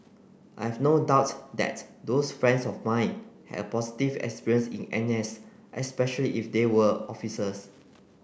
I have no doubt that those friends of mine have positive experience in N S especially if they were officers